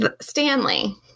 Stanley